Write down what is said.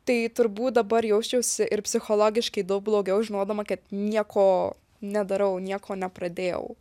tai turbūt dabar jausčiausi ir psichologiškai daug blogiau žinodama kad nieko nedarau nieko nepradėjau